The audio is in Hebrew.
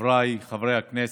חבריי חברי הכנסת,